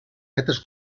metres